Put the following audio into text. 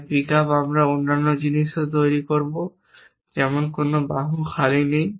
তাই পিকআপ আমরা অন্যান্য জিনিসও তৈরি করব যেমন কোন বাহু খালি নেই